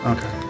Okay